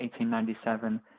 1897